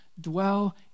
dwell